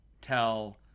tell